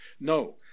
no